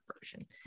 version